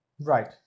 Right